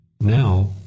now